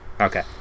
Okay